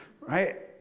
right